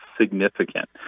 significant